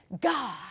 God